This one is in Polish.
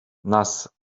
nas